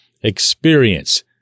experience